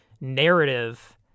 narrative